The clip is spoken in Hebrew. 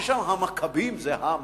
ששם המכבים זה המ-כ-ב-י-ם,